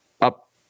up